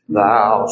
thou